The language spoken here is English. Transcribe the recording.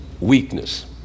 weakness